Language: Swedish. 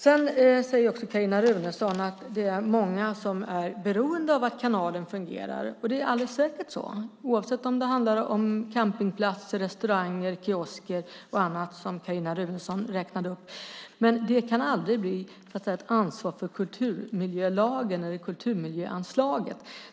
Sedan säger Carin Runeson att det är många som är beroende av att kanalen fungerar, och det är alldeles säkert så, oavsett om det handlar om campingplatser, restauranger, kiosker eller annat som Carin Runeson räknade upp. Men det kan aldrig bli ett ansvar för kulturmiljölagen eller kulturmiljöanslaget.